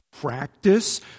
practice